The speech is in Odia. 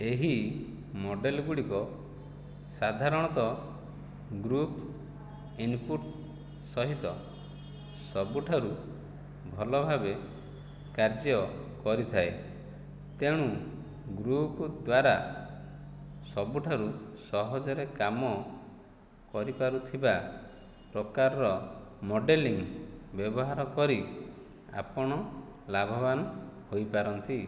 ଏହି ମଡ଼େଲ୍ ଗୁଡ଼ିକ ସାଧାରଣତଃ ଗ୍ରୁପ୍ ଇନ୍ପୁଟ୍ ସହିତ ସବୁଠାରୁ ଭଲ ଭାବେ କାର୍ଯ୍ୟ କରିଥାଏ ତେଣୁ ଗ୍ରୁପ୍ ଦ୍ଵାରା ସବୁଠାରୁ ସହଜରେ କାମ କରିପାରୁଥିବା ପ୍ରକାରର ମଡ଼େଲିଂ ବ୍ୟବହାର କରି ଆପଣ ଲାଭବାନ୍ ହୋଇପାରନ୍ତି